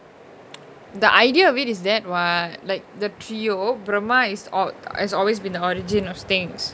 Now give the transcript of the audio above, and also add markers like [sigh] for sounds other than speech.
[noise] the idea of it is that what like the trio brahma is always been the origin of things